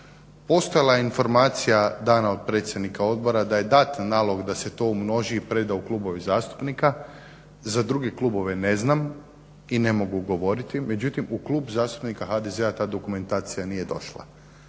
Postojala je informacija dana od predsjednika odbora da je dat nalog da se to umnoži i preda u klubove zastupnika, za druge klubove ne znam i ne mogu govoriti, međutim u Klub zastupnika HDZ-a ta dokumentacija nije došla.